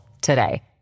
today